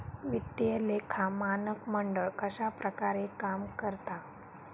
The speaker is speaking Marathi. वित्तीय लेखा मानक मंडळ कश्या प्रकारे काम करता?